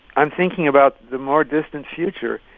i'm thinking about the more distant future.